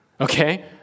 okay